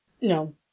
No